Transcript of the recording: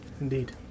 Indeed